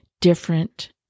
different